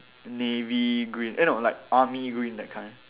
navy green eh no like army green that kind